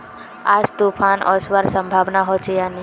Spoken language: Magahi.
आज तूफ़ान ओसवार संभावना होचे या नी छे?